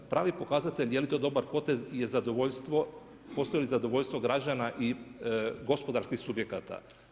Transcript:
Pravi pokazatelj je li to dobar potez je postoji li zadovoljstvo građana i gospodarskih subjekata.